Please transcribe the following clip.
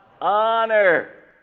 Honor